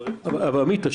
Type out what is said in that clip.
אבל עמית,